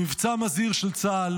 במבצע מזהיר של צה"ל